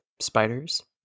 spiders